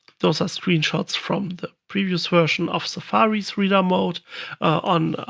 those are screenshots from the previous version of safari's reader mode on